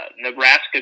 Nebraska